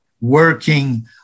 working